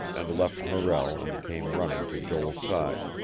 and left morrell and came running to joel's side.